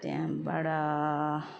त्यहाँबाट